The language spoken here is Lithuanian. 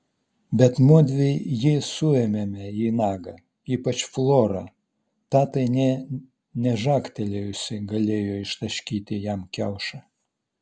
bet mudvi jį suėmėme į nagą ypač flora ta tai nė nežagtelėjusi galėjo ištaškyti jam kiaušą